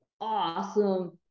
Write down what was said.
awesome